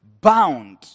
bound